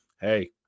Hey